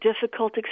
difficult